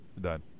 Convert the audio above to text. done